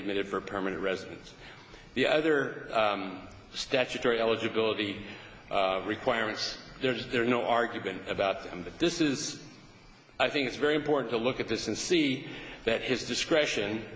admitted for permanent residence the other statutory eligibility requirements there is there no argument about them but this is i think it's very important to look at this and see that his discretion